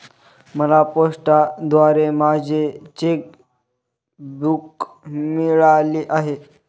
मला पोस्टाद्वारे माझे चेक बूक मिळाले आहे